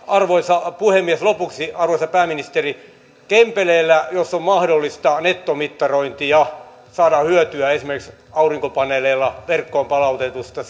arvoisa puhemies lopuksi arvoisa pääministeri kempeleellä jos on mahdollista nettomittarointia saadaan hyötyä esimerkiksi aurinkopaneeleilla verkkoon palautetusta